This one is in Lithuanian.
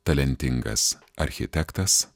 talentingas architektas